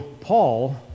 Paul